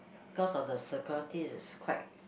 because of the security is quite